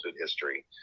history